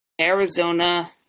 Arizona